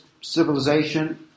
civilization